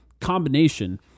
combination